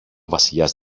βασιλιάς